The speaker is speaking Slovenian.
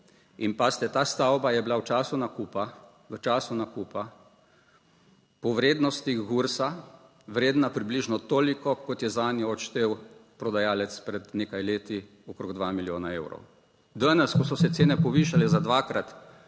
in pazite, ta stavba je bila v času nakupa - v času nakupa - po vrednostih GURS vredna približno toliko, kot je zanjo odštel prodajalec pred nekaj leti, okrog dva milijona evrov. Danes, ko so se cene povišale za dvakrat,